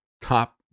top